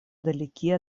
далеки